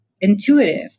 intuitive